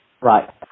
Right